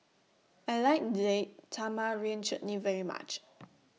I like Date Tamarind Chutney very much